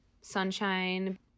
sunshine